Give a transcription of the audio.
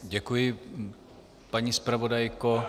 Děkuji, paní zpravodajko.